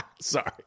sorry